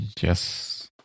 Yes